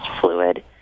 fluid